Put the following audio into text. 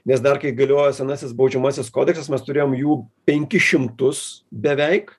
nes dar kai galiojo senasis baudžiamasis kodeksas mes turėjom jų penkis šimtus beveik